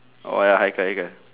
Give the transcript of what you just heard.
oh ya high hiker hiker